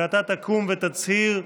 ואתה תקום ותצהיר: